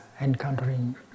encountering